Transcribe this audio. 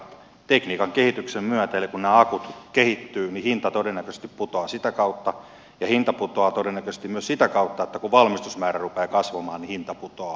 tekniikan kehityksen myötä eli kun nämä akut kehittyvät hinta todennäköisesti putoaa sitä kautta ja hinta putoaa todennäköisesti myös sitä kautta että kun valmistusmäärä rupeaa kasvamaan niin hinta putoaa